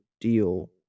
Deal